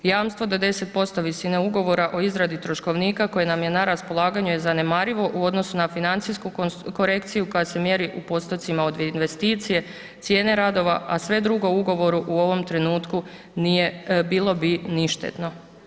Jamstvo da 10% visine ugovora o izradi troškovnika koji nam je na raspolaganju je zanemarivo u odnosu na financijsku korekciju koja se mjeri u postotcima od investicije, cijene radova, a sve drugo u ugovoru u ovom trenutku nije, bilo bi ništetno.